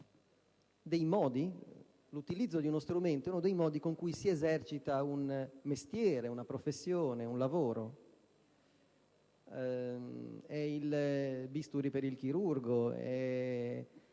l'utilizzo di uno strumento è uno dei modi in cui si esercita un mestiere, una professione, un lavoro. È un po' quello che è il bisturi per il chirurgo,